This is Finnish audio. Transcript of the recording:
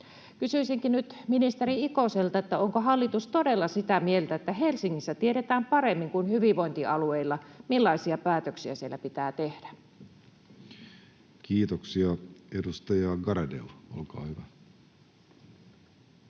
Kysyisinkin nyt ministeri Ikoselta: onko hallitus todella sitä mieltä, että Helsingissä tiedetään paremmin kuin hyvinvointialueilla, millaisia päätöksiä siellä pitää tehdä? Kiitoksia. — Edustaja Garedew, olkaa hyvä.